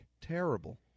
terrible